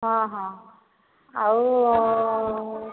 ହଁ ହଁ ଆଉ